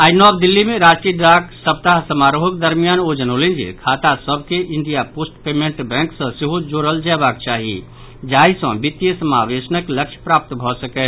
आइ नव दिल्ली मे राष्ट्रीय डाक सप्ताह समारोहक दरमियान ओ जनौलनि जे खाता सभ के इंडिया पोस्ट पेमेंट बैंक सॅ सेहो जोड़ल जयबाक चाही जाहि सॅ वित्तीय समावेशनक लक्ष्य प्राप्त भऽ सकय